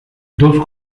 dos